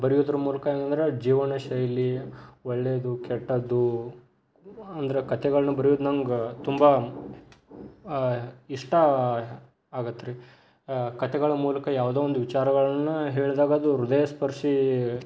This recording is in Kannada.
ಬರಿಯುವುದ್ರ ಮೂಲಕ ಏನೆಂದ್ರೆ ಜೀವನ ಶೈಲಿ ಒಳ್ಳೆಯದು ಕೆಟ್ಟದ್ದು ಅಂದರೆ ಕಥೆಗಳನ್ನ ಬರಿಯೋದು ನಮ್ಗೆ ತುಂಬ ಇಷ್ಟ ಆಗತ್ತೆ ರೀ ಕಥೆಗಳ ಮೂಲಕ ಯಾವುದೋ ಒಂದು ವಿಚಾರಗಳನ್ನು ಹೇಳ್ದಾಗ ಅದು ಹೃದಯ ಸ್ಪರ್ಶಿ